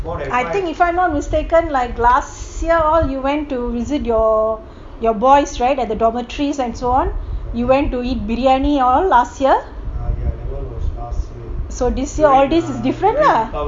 l I think if I'm not mistaken like last year all you went to visit your your boys right at the dormitories and so on you went to eat briyani all last year so this year all this is different lah